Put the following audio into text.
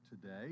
today